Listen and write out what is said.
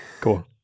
cool